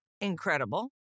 Incredible